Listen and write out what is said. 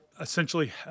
essentially